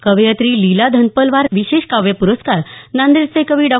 कवयित्री लीला धनपलवार विशेष काव्य प्रस्कार नांदेडचे कवी डॉ